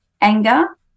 anger